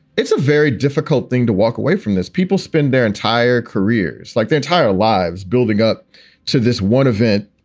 it's a very difficult thing to walk away from this people spend their entire careers like they entire lives, building up to this one event.